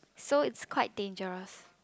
so it's quite dangerous